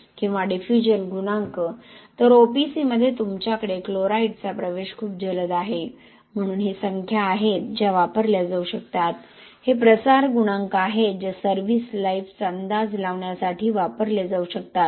किंवा डिफ्यूजन गुणांक तर ओपीसीमध्ये तुमच्याकडे क्लोराईड्सचा प्रवेश खूप जलद आहे म्हणून हे संख्या आहेत जे वापरल्या जाऊ शकतात हे प्रसार गुणांक आहेत जे सर्व्हीस लाईफचा अंदाज लावण्यासाठी वापरले जाऊ शकतात